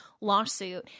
lawsuit